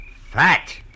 Fat